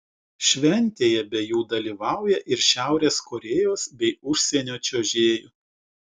šventėje be jų dalyvauja ir šiaurės korėjos bei užsienio čiuožėjų